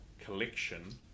collection